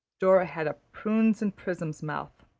dora had a prunes and prisms mouth,